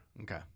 Okay